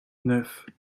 neuf